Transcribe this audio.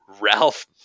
Ralph